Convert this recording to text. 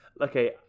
okay